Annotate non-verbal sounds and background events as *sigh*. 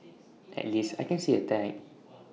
*noise* at least I can see A tag *noise*